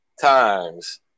times